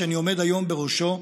שאני עומד היום בראשו,